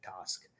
task